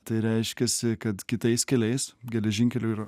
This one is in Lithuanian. tai reiškiasi kad kitais keliais geležinkelių ir